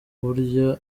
burya